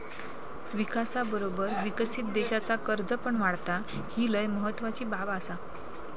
विकासाबरोबर विकसित देशाचा कर्ज पण वाढता, ही लय महत्वाची बाब आसा